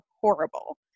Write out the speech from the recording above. horrible